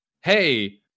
hey